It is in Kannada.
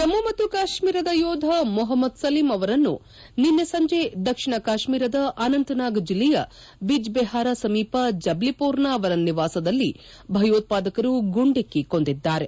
ಜಮ್ಮ ಮತ್ತು ಕಾಶ್ಮೀರದ ಯೋಧ ಮೊಹಮ್ಮದ್ ಸಲೀಮ್ ಅವರನ್ನು ನಿನ್ನೆ ಸಂಜೆ ದಕ್ಷಿಣ ಕಾಶ್ಮೀರದ ಆನಂತ್ ನಾಗ್ ಜಿಲ್ಲೆಯ ಬಿಜ್ ಬೆಹರಾ ಸಮೀಪ ಜಬ್ಲಿಪೋರ್ ನ ಅವರ ನಿವಾಸದಲ್ಲಿ ಭಯೋತ್ಪಾದಕರು ಗುಂಡಿಕ್ಕಿ ಕೊಂದಿದ್ದಾರೆ